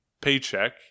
paycheck